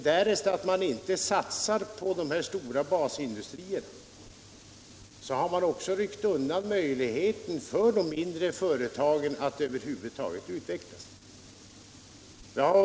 Därest man där inte satsar på de stora basindustrierna, har man nämligen ryckt undan möjligheterna för de mindre företagen att över huvud taget utvecklas.